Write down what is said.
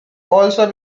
also